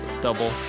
Double